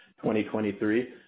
2023